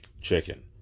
Chicken